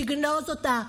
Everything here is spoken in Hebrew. תגנוז אותה,